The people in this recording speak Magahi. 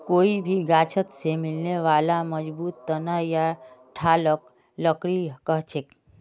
कोई भी गाछोत से मिलने बाला मजबूत तना या ठालक लकड़ी कहछेक